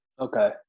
Okay